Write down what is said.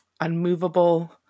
unmovable